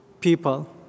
people